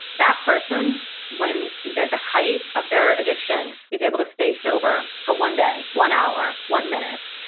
that person when you know the height of their addiction is able to stay sober for one day, one hour, one minute,